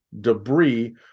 debris